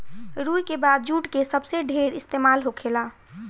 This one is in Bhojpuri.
रुई के बाद जुट के सबसे ढेर इस्तेमाल होखेला